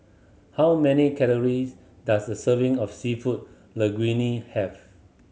how many calories does a serving of Seafood Linguine have